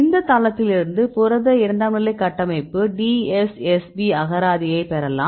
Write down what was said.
இந்த தளத்திலிருந்து புரத இரண்டாம் நிலை கட்டமைப்பு DSSP அகராதியைப் பெறலாம்